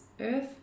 earth